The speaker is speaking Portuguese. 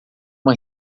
uma